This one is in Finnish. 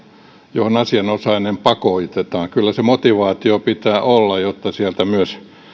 johon asianosainen pakotetaan kyllä se motivaatio pitää olla jotta sieltä myös